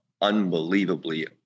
unbelievably